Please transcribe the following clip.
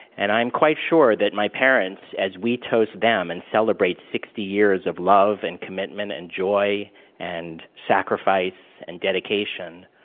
and i am quite sure that my parents, as we toast them and celebrate sixty years of love and commitment and joy and sacrifice and dedication,